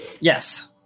Yes